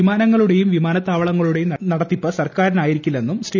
വിമാനങ്ങളുടെയും വിമാനത്താവള ങ്ങളുടെയും നടത്തിപ്പ് സർക്കാരിനായിരിക്കില്ലെന്നും ശ്രീ